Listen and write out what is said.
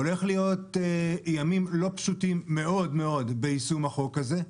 הולכים להיות ימים מאוד לא פשוטים ביישום החוק הזה.